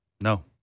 No